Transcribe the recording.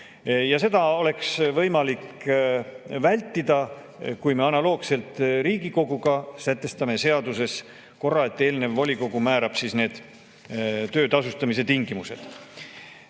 Seda oleks võimalik vältida, kui me analoogselt Riigikoguga sätestame seaduses korra, et eelnev volikogu määrab töö tasustamise tingimused. Ma